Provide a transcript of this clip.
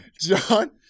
John